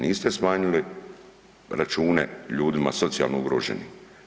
Niste smanjili račune ljudima socijalno ugroženim.